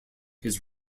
his